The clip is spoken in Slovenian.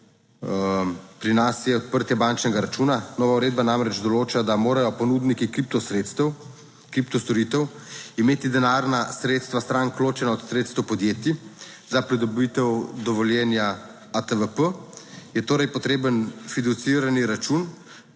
Pri nas je odprtje bančnega računa. Nova uredba namreč določa, da morajo ponudniki kiptosredstevkpto storitev imeti denarna sredstva strank ločena od sredstev podjetij za pridobitev dovoljenja ATVP, je torej potreben fiducirani račun,